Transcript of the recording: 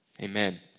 Amen